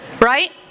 Right